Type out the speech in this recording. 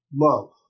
love